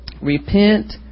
Repent